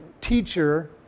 teacher